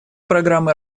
программы